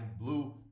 blue